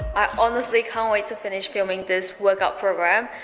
i honestly can't wait to finish filming this workout program,